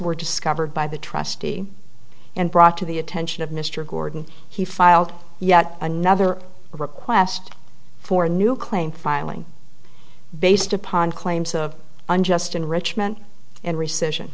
were discovered by the trustee and brought to the attention of mr gordon he filed yet another request for a new claim filing based upon claims of unjust enrichment and rescission